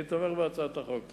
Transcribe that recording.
אני תומך בהצעת החוק.